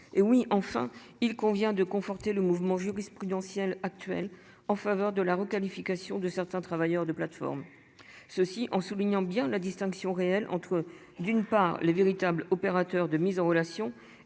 hé oui enfin, il convient de conforter le mouvement jurisprudentielle actuelle en faveur de la requalification de certains travailleurs des plateformes. Ceci en soulignant bien la distinction réelle entre d'une part le véritable opérateur de mise en relation,